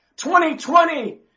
2020